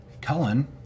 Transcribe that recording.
Cullen